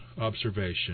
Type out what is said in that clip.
observation